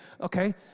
okay